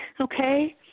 Okay